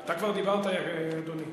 אתה כבר דיברת, אדוני.